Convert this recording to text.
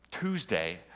Tuesday